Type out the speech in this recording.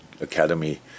academy